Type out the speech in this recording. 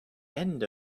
end